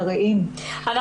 המענים